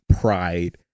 pride